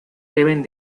deben